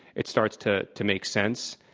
it starts to to make sense.